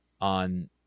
on